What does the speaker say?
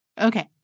Okay